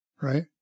right